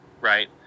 right